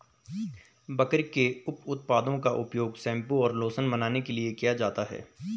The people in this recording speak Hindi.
बकरी के उप उत्पादों का उपयोग शैंपू और लोशन बनाने के लिए किया जाता है